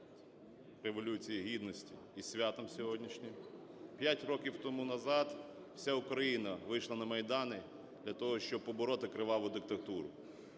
Революції Гідності, із святом сьогоднішнім. 5 років тому назад вся Україна вийшла на майдани для того, щоб побороти криваву диктатуру.